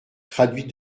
traduit